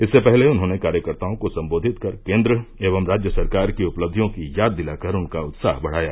इससे पहले उन्होंने कार्यकर्ताओं को सम्बोधित कर केन्द्र एवं राज्य सरकार की उपलब्धियों की याद दिलाकर उनका उत्साह बढ़ाया